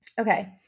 Okay